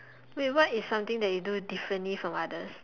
wait what is something that you do differently from others